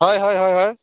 ᱦᱳᱭ ᱦᱳᱭ ᱦᱳᱭ